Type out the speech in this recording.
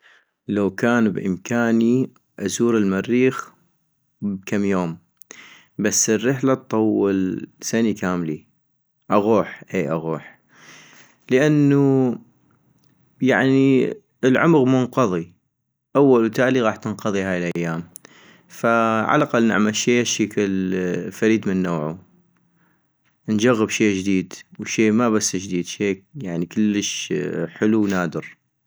لو بإمكاني ازور المريخ كم يوم بس الرحلة اطول سني كاملي ، اغوح أي اغوح - لانو العمغ منقضي أول وتالي غاح تنقضي هاي الايام فعالاقل نعمل شي هشكل فريد من نوعو، نجغب شي جديد وشي ما بس جديد شي يعني كلش حلو ونادر